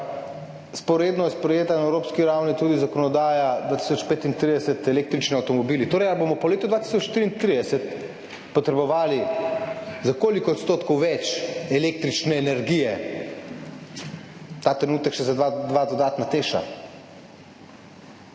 vzporedno je sprejeta na evropski ravni tudi zakonodaja, do leta 2035 električni avtomobili. Torej, ali bomo po letu 2034 potrebovali za toliko odstotkov več električne energije, ta trenutek še za dva dodatna TEŠ-a?